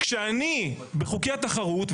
כשאני בחוקי התחרות,